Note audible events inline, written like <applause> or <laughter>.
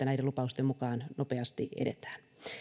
<unintelligible> näiden lupausten mukaan nopeasti edetään